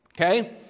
Okay